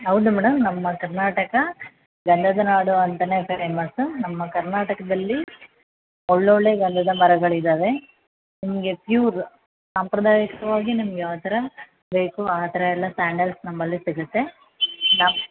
ಹೌದು ಮೇಡಮ್ ನಮ್ಮ ಕರ್ನಾಟಕ ಗಂಧದ ನಾಡು ಅಂತಲೇ ಫೇಮಸ್ಸು ನಮ್ಮ ಕರ್ನಾಟಕದಲ್ಲಿ ಒಳ್ಳೊಳ್ಳೆ ಗಂಧದ ಮರಗಳು ಇದ್ದಾವೆ ನಿಮಗೆ ಫ್ಯೂರ್ ಸಂಪ್ರದಾಯಕವಾಗಿ ನಿಮಗೆ ಯಾವ ಥರ ಬೇಕು ಆ ಥರ ಎಲ್ಲ ಸ್ಟ್ಯಾಂಡರ್ಡ್ಸ್ ನಮಲ್ಲಿ ಸಿಗುತ್ತೆ